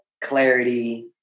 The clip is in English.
clarity